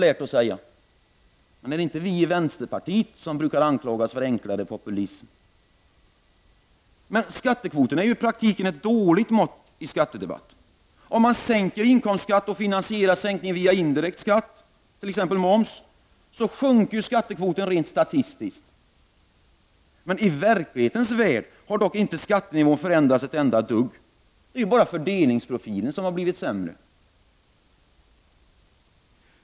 Är det inte vi i vänsterpartiet som brukar anklagas för enklare populism? Men skattekvoten är i praktiken ett dåligt mått i skattedebatten. Om man sänker inkomstskatten och finansierar sänkningen via indirekt skatt, t.ex. moms, sjunker skattekvoten rent statistiskt. I verklighetens värld har dock inte skattenivån förändrats ett enda dugg, det är bara fördelningsprofilen som har blivit sämre.